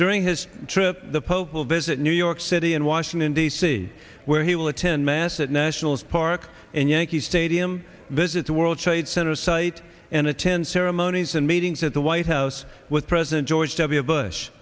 during his trip the pope will visit new york city and washington d c where he will attend mass at nationals park in yankee stadium visit the world trade center site and attend ceremonies and meetings at the white house with president george w bush